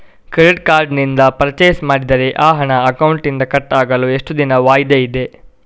Credit card ನಿಂದ purchase ಮಾಡಿದರೆ ಆ ಹಣ ಅಕೌಂಟಿನಿಂದ ಕಟ್ ಆಗಲು ಎಷ್ಟು ದಿನದ ವಾಯಿದೆ ಇದೆ?